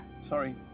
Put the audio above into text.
Sorry